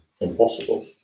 impossible